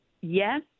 yes